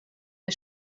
des